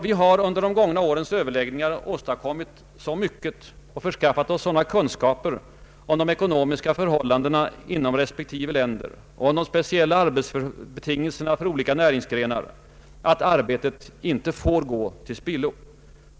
Vi har under de gångna årens överläggningar åstadkommit så mycket och förskaffat oss sådana kunskaper om de ekonomiska förhållandena inom respektive länder och om de speciella arbetsbetingelserna för skilda näringsgrenar, att arbetet inte får gå till spillo.